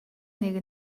нэг